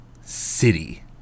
city